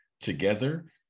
together